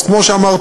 אז כמו שאמרתי,